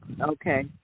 Okay